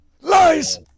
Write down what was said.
LIES